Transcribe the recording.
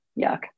yuck